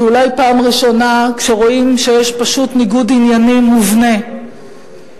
זה אולי פעם ראשונה שרואים שיש פשוט ניגוד עניינים מובנה לא